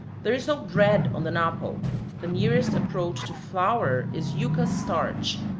there is no bread on the napo the nearest approach to flour is yuca starch.